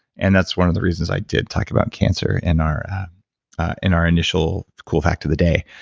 and that's one of the reasons i did talk about cancer in our in our initial cool fact of the day.